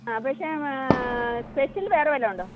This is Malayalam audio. ആ പക്ഷേ സ്പെഷ്യൽ വേറേ വല്ലതും ഉണ്ടോ